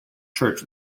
church